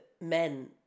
men